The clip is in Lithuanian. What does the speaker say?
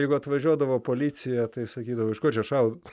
jeigu atvažiuodavo policija tai sakydavo iš ko čia šalta